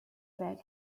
bag